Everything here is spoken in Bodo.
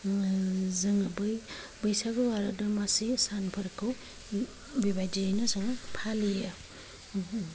जोङो बै बैसागु आरो दमासि सानफोरखौ बेबायदियैनो जों फालियो